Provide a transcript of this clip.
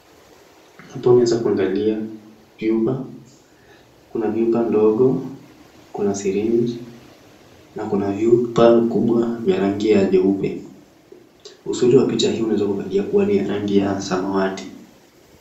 Hapa unaweza kuangalia vyupa . Kuna vyupa ndogo , Kuna siriji , na Kuna vyupa kumbwa vya rangi jeupe. Uzuri wa picha hili ni kuwa ni lacrangi ya samawati .